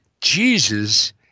Jesus